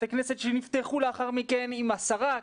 בתי כנסת שנפתחו לאחר מכן עם עשרה,